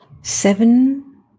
seven